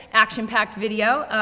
action-packed video,